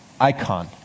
icon